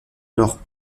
alors